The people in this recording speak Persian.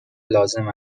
لازم